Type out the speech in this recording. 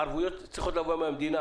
הערבויות צריכות לבוא מהמדינה,